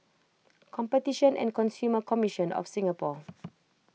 Competition and Consumer Commission of Singapore